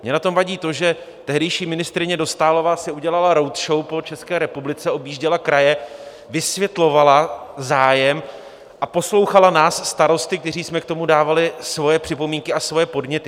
Mně na tom vadí to, že tehdejší ministryně Dostálová si udělala roadshow po České republice, objížděla kraje, vysvětlovala, zájem, a poslouchala nás starosty, kteří jsme k tomu dávali svoje připomínky a svoje podněty.